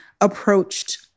approached